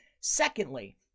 Secondly